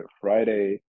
Friday